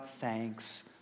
thanks